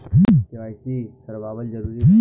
KYC करवावल जरूरी बा?